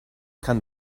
kann